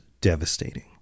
devastating